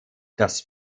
das